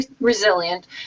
resilient